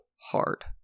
hard